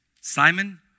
Simon